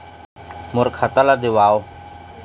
मोर खाता ला देवाव?